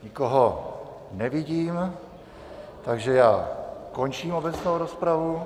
Nikoho nevidím, takže končím obecnou rozpravu.